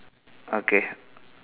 okay